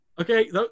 Okay